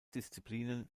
disziplinen